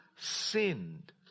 sinned